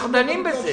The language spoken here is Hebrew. אנחנו דנים בזה.